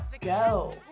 go